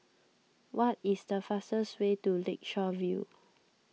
what is the fastest way to Lakeshore View